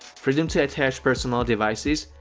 freedom to attach personal devices,